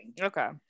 Okay